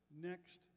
next